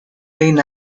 behin